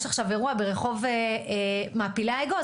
יש עכשיו אירוע ברח' מעפילי האגוז,